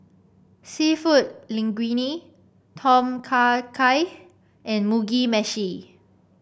seafood Linguine Tom Kha Gai and Mugi Meshi